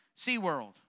SeaWorld